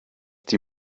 die